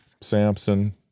Samson